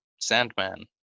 sandman